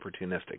opportunistic